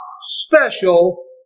special